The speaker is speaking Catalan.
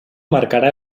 marcarà